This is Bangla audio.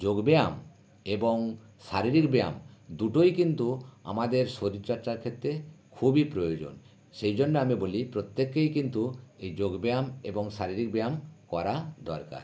যোগ ব্যায়াম এবং শারীরিক ব্যায়াম দুটোই কিন্তু আমাদের শরীরচর্চার ক্ষেত্রে খুবই প্রয়োজন সেই জন্য আমি বলি প্রত্যেকেই কিন্তু এই যোগ ব্যায়াম এবং শারীরিক ব্যায়াম করা দরকার